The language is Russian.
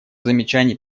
замечаний